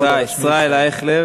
סליחה, ישראל אייכלר.